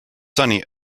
sunny